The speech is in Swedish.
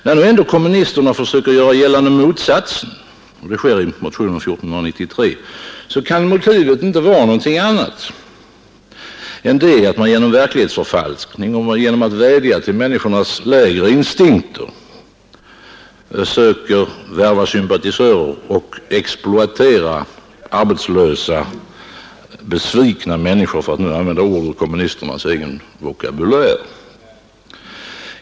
När nu ändå kommunisterna försöker göra gällande motsatsen — det sker i motionen 1493 — kan motivet inte vara någonting annat än att man genom verklighetsförfalskning och genom att vädja till människornas lägre instinkter söker värva sympatisörer och exploatera arbetslösa, besvikna människor — för att nu använda ord ur kommunisternas egen vokabulär.